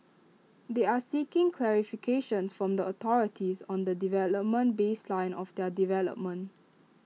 they are seeking clarification from the authorities on the development baseline of their development